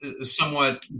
somewhat